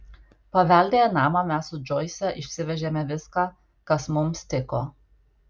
paveldėję namą mes su džoise išsivežėme viską kas mums tiko